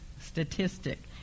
statistic